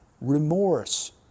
remorse